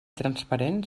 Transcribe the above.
transparent